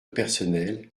personnel